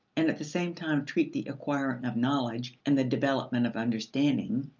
and at the same time treat the acquiring of knowledge and the development of understanding,